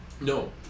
No